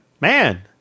Man